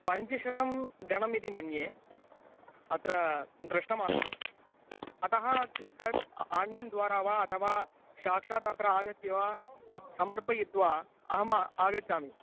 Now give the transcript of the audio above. पञ्चशतं धनम् इति मन्ये अत्र दृष्टमासम् अतः तत् आन्लैन्द्वारा वा अथवा साक्षात् अत्र आगत्य वा समर्पयित्वा अहम् आगच्छामि